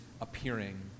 appearing